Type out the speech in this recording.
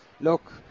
look